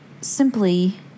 simply